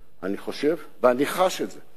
אני חושב ואני חש את זה.